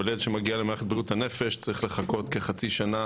אבל ילד שמגיע למערכת בריאות הנפש צריך לחכות כחצי שנה,